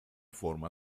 forma